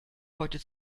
heute